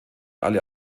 alle